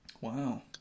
Wow